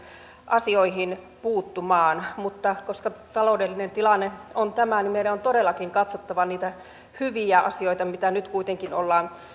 asioihin puuttumaan mutta koska taloudellinen tilanne on tämä niin meidän on todellakin katsottava niitä hyviä asioita mitä nyt kuitenkin ollaan